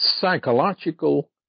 psychological